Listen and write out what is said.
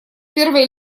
первой